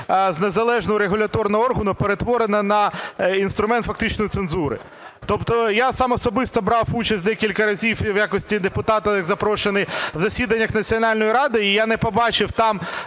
з незалежного регуляторного органу перетворена на інструмент фактично цензури. Тобто я сам особисто брав участь декілька разів і в якості депутата як запрошений в засіданнях Національної ради і я не побачив там,